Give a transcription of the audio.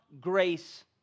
grace